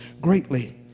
greatly